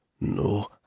No